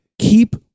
keep